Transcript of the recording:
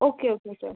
okay okay sir